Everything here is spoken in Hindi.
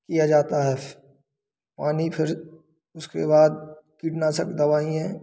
किया जाता है पानी फिर उसके बाद कीटनाशक दवाएं